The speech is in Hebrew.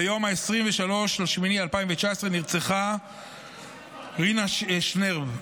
ביום 23 באוגוסט 2019 נרצחה רנה שנרב.